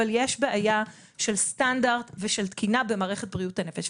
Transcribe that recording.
אבל יש בעיה של סטנדרט ושל תקינה במערכת בריאות הנפש.